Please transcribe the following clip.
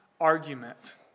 argument